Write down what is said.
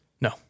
No